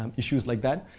um issues like that,